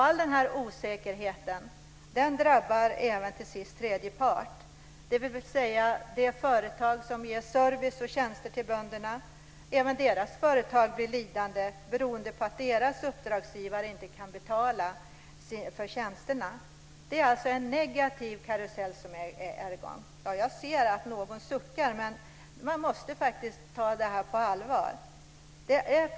All denna osäkerhet drabbar till sist även tredje part, dvs. de företag som ger service och tjänster till bönderna blir lidande beroende på att uppdragsgivarna inte kan betala för tjänsterna. Det är en negativ karusell. Jag ser att någon suckar, men man måste ta detta på allvar.